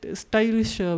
stylish